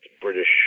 British